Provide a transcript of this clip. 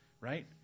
right